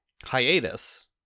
Hiatus